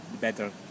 better